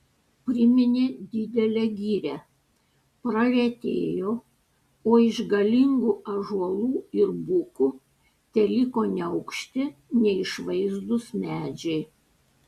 priminė didelę girią praretėjo o iš galingų ąžuolų ir bukų teliko neaukšti neišvaizdūs medžiai